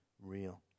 real